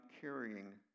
carrying